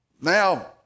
Now